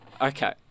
Okay